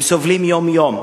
הם סובלים יום-יום,